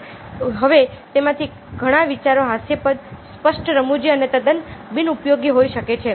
હવે તેમાંથી ઘણા વિચારો હાસ્યાસ્પદ સ્પષ્ટ રમુજી અને તદ્દન બિનઉપયોગી હોઈ શકે છે